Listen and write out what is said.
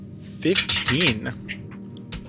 Fifteen